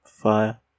Fire